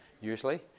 usually